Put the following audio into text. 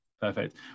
perfect